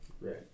Right